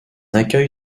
accueil